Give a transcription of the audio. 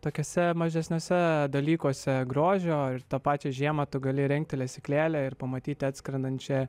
tokiuose mažesniuose dalykuose grožio ir tą pačią žiemą tu gali įrengti lesyklėlę ir pamatyti atskrendančią